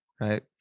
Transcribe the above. right